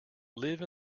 live